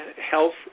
health